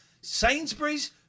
Sainsbury's